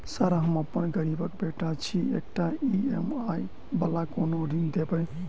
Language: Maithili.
सर हम गरीबक बेटा छी एकटा ई.एम.आई वला कोनो ऋण देबै?